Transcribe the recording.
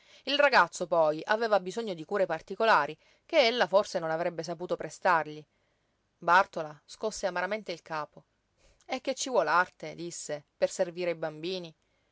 il ragazzo poi aveva bisogno di cure particolari che ella forse non avrebbe saputo prestargli bàrtola scosse amaramente il capo e che ci vuol arte disse per servire i bambini